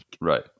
Right